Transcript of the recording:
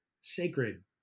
sacred